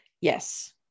yes